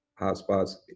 hotspots